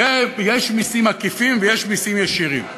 יש מסים עקיפים ויש מסים ישירים.